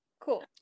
Cool